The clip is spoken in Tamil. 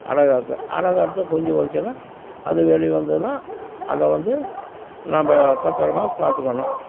அடை காக்கும் அடை காத்து குஞ்சு பொறிச்சுதுனால் அது வெளி வந்துடும் அதை வந்து நம்ப பத்திரமா பார்த்துக்கணும்